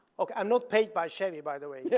okay, i'm not paid by chevy by the way. yeah